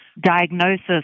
diagnosis